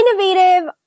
innovative